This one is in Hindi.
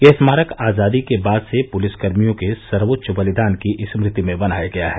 यह स्मारक आजादी के बाद से पुलिसकर्मियों के सर्वोच्च बलिदान की स्मृति में बनाया गया है